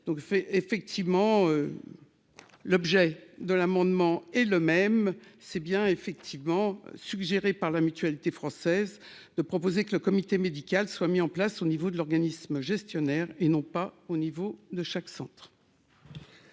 fait effectivement. L'objet de l'amendement est le même, c'est bien effectivement suggéré par la Mutualité française de proposer que le comité médical soit mis en place au niveau de l'organisme gestionnaire et non pas au niveau de chaque centre.